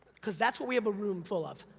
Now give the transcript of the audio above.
cause that's what we have a room full of,